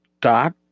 dot